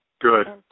Good